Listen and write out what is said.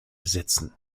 setzen